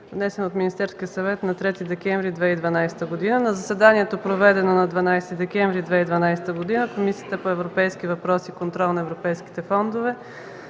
внесен от Министерския съвет на 3 декември 2012 г. На заседанието, проведено на 12 декември 2012 г., Комисията по европейските въпроси и контрол на европейските фондове